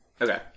Okay